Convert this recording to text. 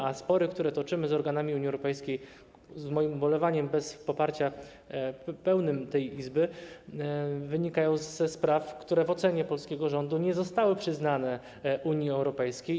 A spory, które toczymy z organami Unii Europejskiej, z moim ubolewaniem bez pełnego poparcia tej Izby, wynikają ze spraw, które w ocenie polskiego rządu nie zostały przyznane Unii Europejskiej.